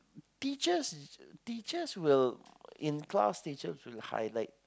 teachers teachers will in class teachers will highlight